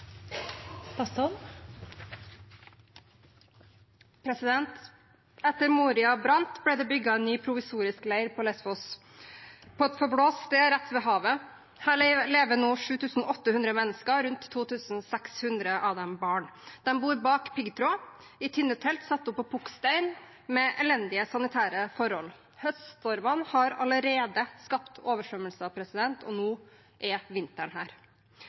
Etter at Moria-leiren brant, ble det bygget en ny provisorisk leir på Lésvos, på et forblåst sted rett ved havet. Der lever nå 7 800 mennesker – rundt 2 600 av dem er barn. De bor bak piggtråd i tynne telt som er satt opp på pukkstein, med elendige sanitære forhold. Høststormene har allerede skapt oversvømmelser, og nå er vinteren her.